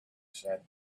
said